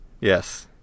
Yes